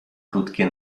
krótkie